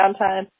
downtime